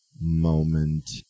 moment